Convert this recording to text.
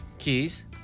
keys